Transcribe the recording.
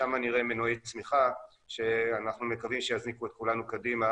משם נראה מנועי צמיחה שאנחנו מקווים שיזניקו את כולנו קדימה